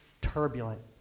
turbulent